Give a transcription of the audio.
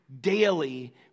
Daily